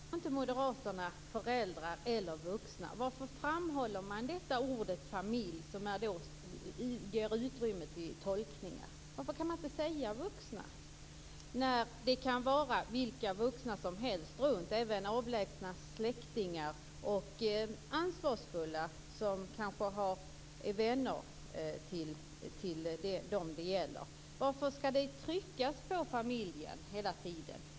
Fru talman! Varför säger då inte moderaterna föräldrar eller vuxna? Varför framhåller man ordet "familj" som ger utrymme för tolkningar? Varför kan man inte säga vuxna när det kan vara vilka vuxna som helst runtomkring, även avlägsna släktingar eller ansvarsfulla vänner till dem det gäller? Varför skall det tryckas på familjen hela tiden?